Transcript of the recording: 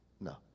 No